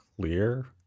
clear